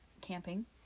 camping